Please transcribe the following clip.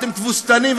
אתם תבוסתנים.